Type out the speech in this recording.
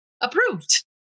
approved